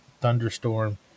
thunderstorm